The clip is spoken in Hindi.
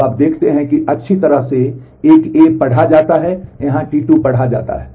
तो आप देखते हैं कि अच्छी तरह से एक A द्वारा पढ़ा जाता है यहां T2 द्वारा पढ़ा जाता है